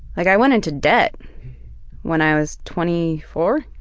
like, i went into debt when i was twenty four,